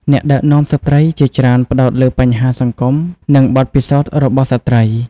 អ្នកដឹកនាំស្ត្រីជាច្រើនផ្តោតលើបញ្ហាសង្គម និងបទពិសោធន៍របស់ស្ត្រី។